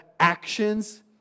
actions